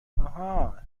آهان